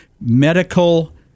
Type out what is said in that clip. medical